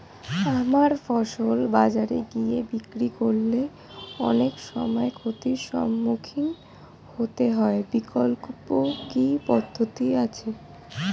আমার ফসল বাজারে গিয়ে বিক্রি করলে অনেক সময় ক্ষতির সম্মুখীন হতে হয় বিকল্প কি পদ্ধতি আছে?